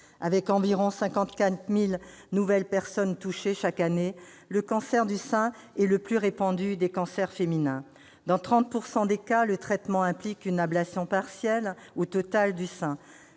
Avec environ 54 000 nouvelles personnes touchées chaque année, le cancer du sein est le plus répandu des cancers féminins. Dans 30 % des cas, le traitement implique une ablation partielle ou totale du sein.